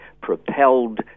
propelled